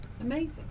amazing